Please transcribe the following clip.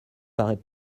paraît